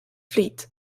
fleet